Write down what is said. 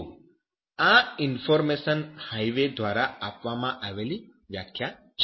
તો આ information highway દ્વારા આપવામાં આવેલી વ્યાખ્યા છે